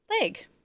leg